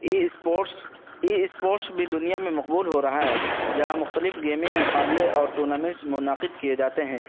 ای sports e sports بھی دنیا میں مقبول ہو رہا ہے جہاں مختلف گیمنگ مقابلے اور ٹونامس منعقد کیے جاتے ہیں